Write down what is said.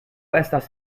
estas